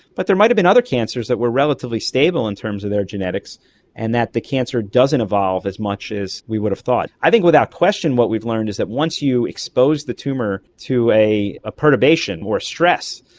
but there might have been other cancers that were relatively stable in terms of their genetics and that the cancer doesn't evolve as much as we would have thought. i think without question what we've learned is that once you expose the tumour to a ah perturbation or stress,